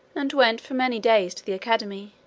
and went for many days to the academy.